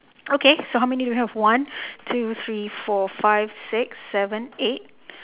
okay so how many you have one two three four five six seven eight